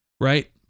Right